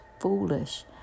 foolish